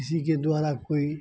किसी के द्वारा कोई